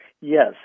Yes